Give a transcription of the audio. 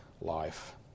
life